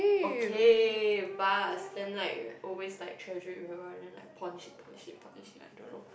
okay bus then like always like treasure it well lah then like polish it polish it polish it I don't know